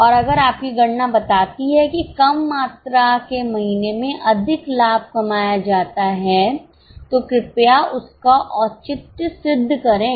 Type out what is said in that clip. और अगर आपकी गणना बताती है कि कम मात्रा के महीने में अधिक लाभ कमाया जाता है तो कृपया उसका औचित्य सिद्ध करें